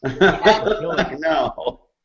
No